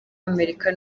amerika